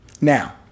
Now